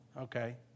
okay